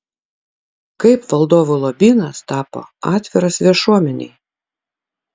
kaip valdovų lobynas tapo atviras viešuomenei